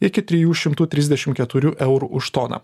iki trijų šimtų trisdešim keturių eurų už toną